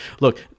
look